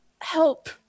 help